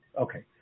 Okay